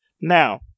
Now